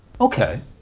Okay